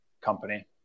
company